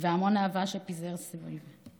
והמון האהבה שפיזר סביב.